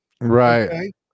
right